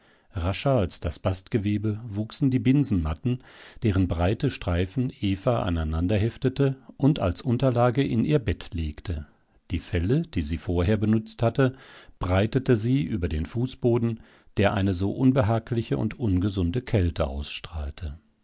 rascher als das bastgewebe wuchsen die binsenmatten deren breite streifen eva aneinanderheftete und als unterlage in ihr bett legte die felle die sie vorher benützt hatte breitete sie über den fußboden der eine so unbehagliche und ungesunde kälte ausstrahlte